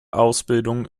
ausbildung